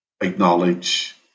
acknowledge